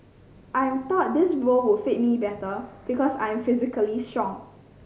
I thought that this role would fit me better because I am physically strong